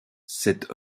cette